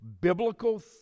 Biblical